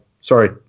sorry